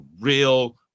real